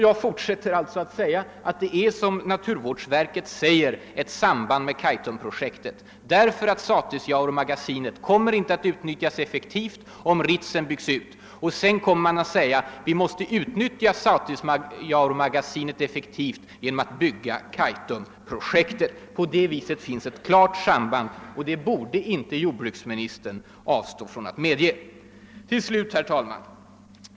Jag fortsätter därför att säga att det är som naturvårdsverket säger: det finns ett samband med Kaitumprojektet, därför att Satisjauremagasinet inte kommer att utnyttjas effektivt om Ritsem byggs ut. Sedan kommer man att säga att vi måste utnyttja Satisjauremagasinet effektivt genom =<att bygga Kaitumprojektet. På det viset finns ett klart samband — det borde inte jordbruksministern avstå från att medge. Till slut, herr talman!